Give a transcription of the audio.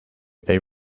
they